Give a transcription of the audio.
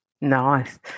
Nice